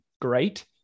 great